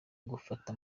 gufata